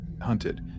hunted